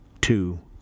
two